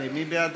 19. מי בעדה?